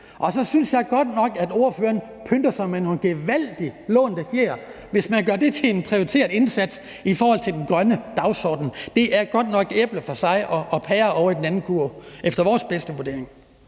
og så synes jeg godt nok, at ordføreren pynter sig med nogle gevaldig lånte fjer, hvis man gør det til en prioriteret indsats i forhold til den grønne dagsorden. Det er godt nok æbler for sig og pærer ovre i den anden kurv, efter vores bedste vurdering.